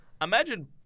Imagine